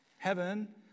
Heaven